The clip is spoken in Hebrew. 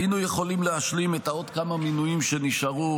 היינו יכולים להשלים את העוד כמה מינויים שנשארו,